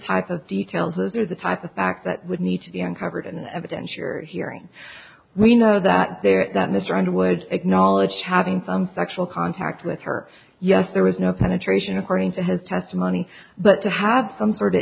types of details those are the type of fact that would need to be uncovered an evidentiary hearing we know that there that mr underwood acknowledged having some sexual contact with her yes there was no penetration according to his testimony but to have some sort of